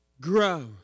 grow